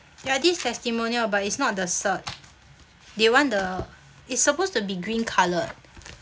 ya this is testimonial but it's not the cert they want the it's supposed to be green coloured